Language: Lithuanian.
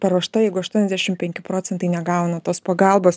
paruošta jeigu aštuoniasdešim penki procentai negauna tos pagalbos